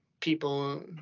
people